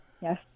Yes